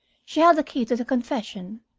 she held the key to the confession.